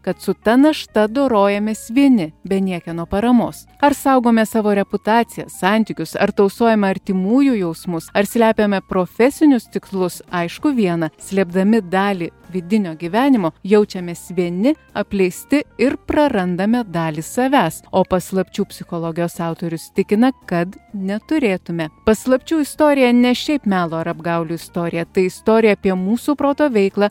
kad su ta našta dorojamės vieni be niekieno paramos ar saugome savo reputaciją santykius ar tausojame artimųjų jausmus ar slepiame profesinius tikslus aišku viena slėpdami dalį vidinio gyvenimo jaučiamės vieni apleisti ir prarandame dalį savęs o paslapčių psichologijos autorius tikina kad neturėtume paslapčių istorija ne šiaip melo ar apgaulių istorija tai istorija apie mūsų proto veiklą